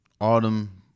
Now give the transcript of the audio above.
Autumn